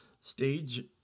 stage